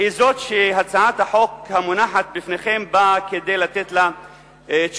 היא זאת שהצעת החוק המונחת בפניכם באה כדי לתת לה תשובה.